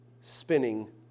spinning